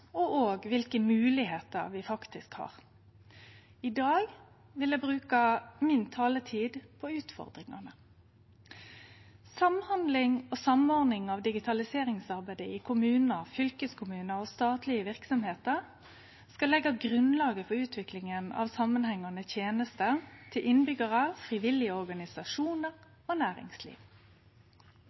og kva for moglegheiter vi har. I dag vil eg bruke taletida mi på utfordringane. Samhandling og samordning av digitaliseringsarbeidet i kommunar, fylkeskommunar og statlege verksemder skal leggje grunnlaget for utviklinga av samanhengande tenester til innbyggjarar, frivillige organisasjonar og